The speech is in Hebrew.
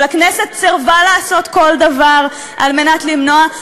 אבל הכנסת סירבה לעשות כל דבר על מנת למנוע,